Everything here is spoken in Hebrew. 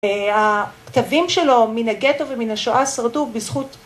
‫והכתבים שלו מן הגטו ‫ומן השואה שרדו בזכות...